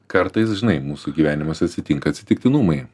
kartais žinai mūsų gyvenimas atsitinka atsitiktinumai